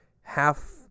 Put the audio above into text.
half